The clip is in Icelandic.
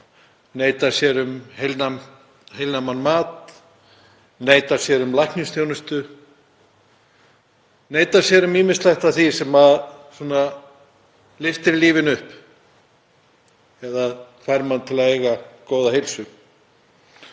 neitar sér um heilnæman mat, neitar sér um læknisþjónustu, neitar sér um ýmislegt af því sem lyftir lífinu upp eða fær mann til að eiga góða heilsu.